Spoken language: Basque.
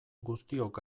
guztiok